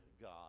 God